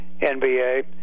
NBA